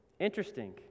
Interesting